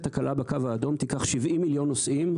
הרכבת הקלה בקו האדום תיקח 70 מיליון נוסעים,